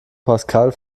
pascal